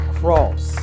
cross